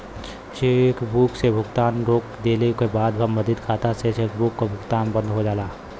chequebook से भुगतान रोक देले क बाद सम्बंधित खाता से चेकबुक क भुगतान बंद हो जाला